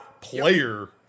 player